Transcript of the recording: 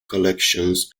collections